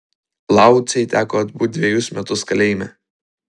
laucei teko atbūt dvejus metus kalėjime